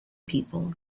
people